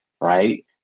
right